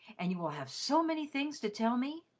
and you will have so many things to tell me!